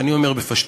ואני אומר בפשטות: